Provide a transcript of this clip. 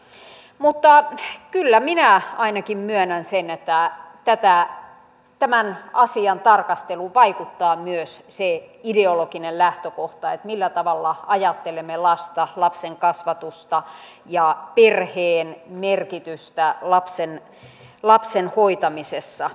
mutta kyllä minä ainakin myönnän sen että tämän asian tarkasteluun vaikuttaa myös se ideologinen lähtökohta millä tavalla ajattelemme lapsesta lapsen kasvatuksesta ja perheen merkityksestä lapsen hoitamisessa